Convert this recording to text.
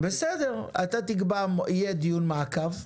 בסדר, אתה תקבע, יהיה דיון מעקב,